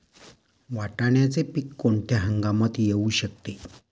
वाटाण्याचे पीक कोणत्या हंगामात येऊ शकते?